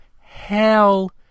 hell